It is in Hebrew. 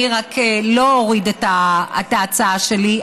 אני רק לא אוריד את ההצעה שלי.